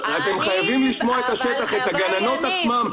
אתם חייבים לשמוע את השטח, את הגננות עצמן.